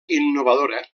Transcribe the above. innovadora